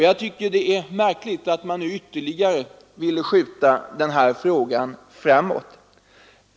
Jag tycker det är märkligt att man nu ytterligare vill skjuta denna fråga på framtiden.